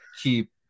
keep